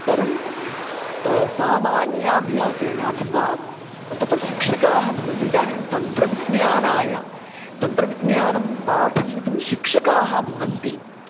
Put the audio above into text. परं सामान्यभ्यासेन अथवा तत्र शिक्षकाः भवन्ति इदानीं तन्त्रविज्ञानाय तन्त्रविज्ञानं पाठयितुं शिक्षकाः भवन्ति